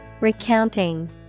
Recounting